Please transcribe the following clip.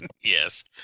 Yes